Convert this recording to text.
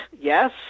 yes